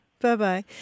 bye-bye